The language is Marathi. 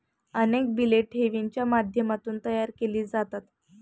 अनेक बिले ठेवींच्या माध्यमातून तयार केली जातात